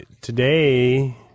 today